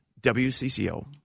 WCCO